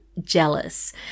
jealous